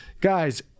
Guys